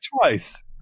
twice